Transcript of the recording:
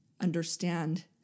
understand